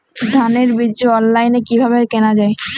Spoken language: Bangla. ধানের বীজ অনলাইনে কিভাবে কেনা যায়?